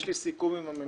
יש לי סיכום עם הממשלה,